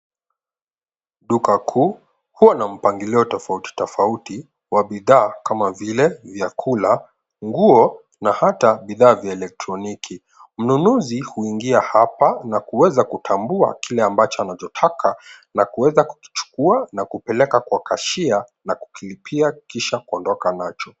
Duka kuu huwa na mpangilio tofauti tofauti wa bidhaa kama vile vyakula, nguo na hata bidhaa vya elektroniki. Mnunuzi huingia hapa na kuweza kutambua kile ambacho anachotaka na kuweza kukichukua na kupeleka kwa cashier na kukilipia kisha kuondoka nacho.